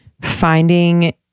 finding